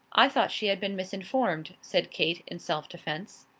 i thought she had been misinformed, said kate, in self-defence.